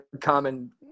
common